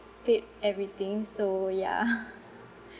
paid everything so ya